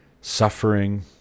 suffering